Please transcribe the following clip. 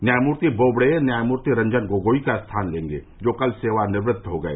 न्यायमूर्ति बोबड़े न्यायमूर्ति रंजन गोगोई का स्थान लेंगे जो कल सेवानिवृत्त हो गए